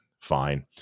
fine